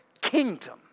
kingdom